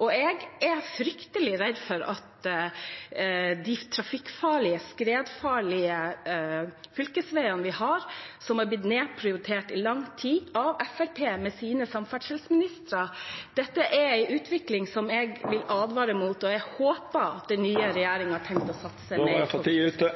Jeg er fryktelig redd for de trafikkfarlige, skredfarlige fylkesveiene vi har, som har blitt nedprioritert i lang tid av Fremskrittspartiet med sine samferdselsministre. Dette er en utvikling som jeg vil advare mot, og jeg håper at den nye regjeringen har tenkt å satse mer. Då er tida